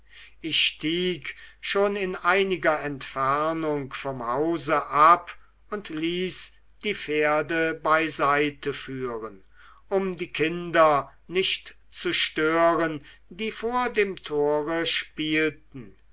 ich stieg schon in einiger entfernung vom hause ab und ließ die pferde beiseiteführen um die kinder nicht zu stören die vor dem tore spielten